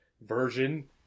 version